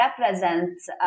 represents